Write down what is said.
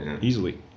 easily